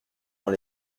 dans